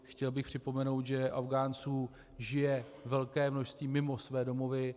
Chtěl bych připomenout, že Afghánců žije velké množství mimo své domovy.